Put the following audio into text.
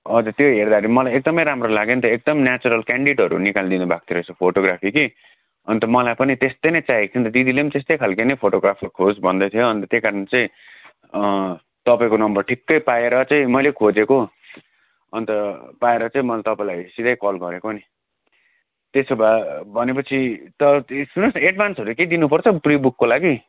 हजुर त्यो हेर्दाखेरि मलाई एकदमै राम्रो लाग्यो नि त एकदम नेचरल क्यानडिटहरू निकालिदिनु भएको थियो रहेछ फोटोग्राफी कि अन्त मलाई पनि त्यस्तै नै चाहिएको थियो नि त दिदीले पनि त्यस्तै खालके नै फोटोग्राफर खोज भन्दै थियो अन्त त्यही कारण चाहिँ तपाईँको नम्बर ठिक्कै पाएर चाहिँ मैले खोजेको अन्त पाएर चाहिँ मैले तपाईँलाई सिधै कल गरेको नि त्यसो भए भनेपछि त सुन्नुहोस् न एडभान्सहरू केही दिनुपर्छ प्रिबुकको लागि